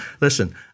Listen